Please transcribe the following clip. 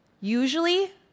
usually